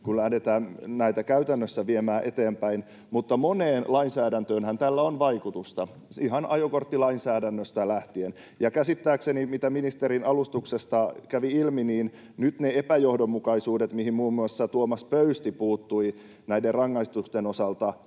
kun lähdetään näitä käytännössä viemään eteenpäin? Moneen lainsäädäntöönhän tällä on vaikutusta ihan ajokorttilainsäädännöstä lähtien. Ja käsittääkseni, mitä ministerin alustuksesta kävi ilmi, ne epäjohdonmukaisuudet, mihin muun muassa Tuomas Pöysti puuttui näiden rangaistusten osalta